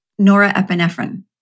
norepinephrine